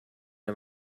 him